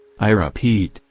i repeat,